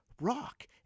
Rock